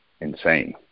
insane